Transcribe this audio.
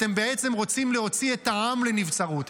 אתם בעצם רוצים להוציא את העם לנבצרות,